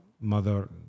mother